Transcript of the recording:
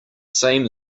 same